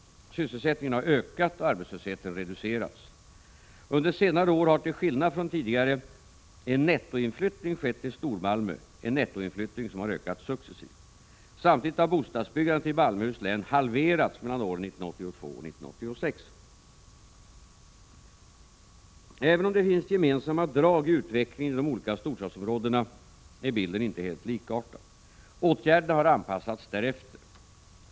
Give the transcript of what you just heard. Sysselsättningen har ökat och arbetslösheten har reducerats. Under senare år har, till skillnad från tidigare, en nettoinflyttning skett till Stormalmö, en nettoinflyttning som har ökat successivt. Samtidigt har bostadsbyggandet i Malmöhus län halverats mellan åren 1982 och 1986. Även om det finns gemensamma drag i utvecklingen i de olika storstadsområdena är bilden inte helt likartad. Åtgärderna har anpassats därefter.